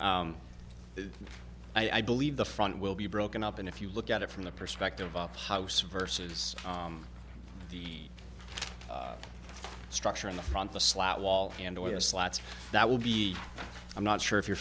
the i believe the front will be broken up and if you look at it from the perspective of house versus the structure in the front the slot wall and away or slats that will be i'm not sure if you're